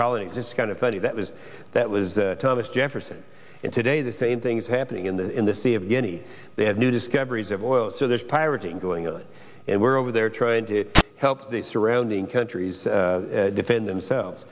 colonies it's kind of funny that was that was thomas jefferson and today the same thing is happening in the in the sea of guinea they have new discoveries of oil so there's pirating going on and we're over there trying to help the surrounding countries defend themselves